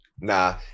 Nah